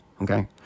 Okay